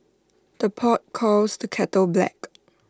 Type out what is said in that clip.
the pot calls the kettle black